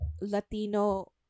Latino